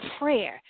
prayer